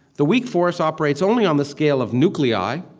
the weak force operates only on the scale of nuclei.